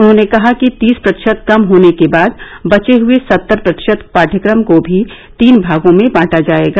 उन्होंने कहा कि तीस प्रतिशत कम होने के बाद बचे हुए सत्तर प्रतिशत पाठ्यक्रम को भी तीन भागों में बांटा जाएगा